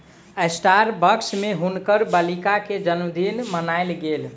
Starbucks में हुनकर बालिका के जनमदिन मनायल गेल